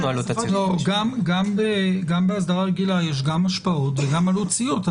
גם באסדרה רגילה יש גם השפעות וגם עלות ציות.